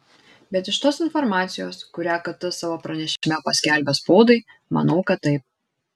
bet iš tos informacijos kurią kt savo pranešime paskelbė spaudai manau kad taip